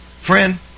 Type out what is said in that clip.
Friend